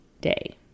day